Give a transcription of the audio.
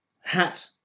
Hat